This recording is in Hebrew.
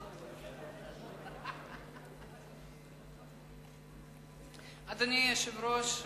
אדוני היושב-ראש,